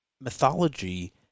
mythology